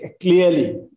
clearly